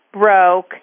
broke